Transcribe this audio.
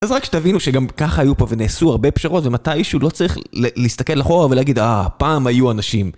אז רק שתבינו שגם ככה היו פה ונעשו הרבה פשרות, ומתי שהוא לא צריך להסתכל לחורה ולהגיד אה, פעם היו אנשים.